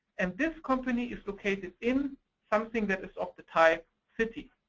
and this company is located in something that is of the type city.